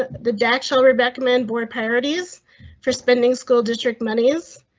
the daschle. rebecca manboy priorities for spending school district monies.